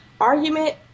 argument